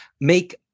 make